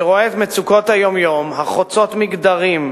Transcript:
שרואה את מצוקות היום-יום החוצות מגדרים,